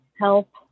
help